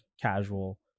casual